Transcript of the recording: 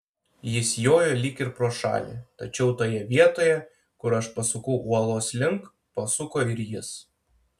jis jojo lyg ir pro šalį tačiau toje vietoje kur aš pasukau uolos link pasuko ir jis